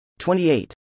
28